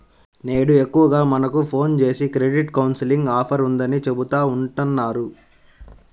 నేడు ఎక్కువగా మనకు ఫోన్ జేసి క్రెడిట్ కౌన్సిలింగ్ ఆఫర్ ఉందని చెబుతా ఉంటన్నారు